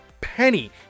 penny